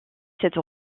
cette